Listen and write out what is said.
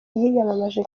yiyamamaje